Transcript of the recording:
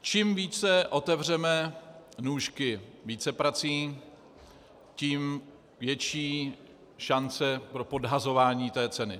Čím více otevřeme nůžky vícepracím, tím větší šance pro podhazování té ceny.